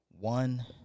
One